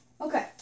Okay